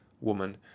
woman